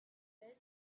well